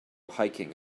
hiking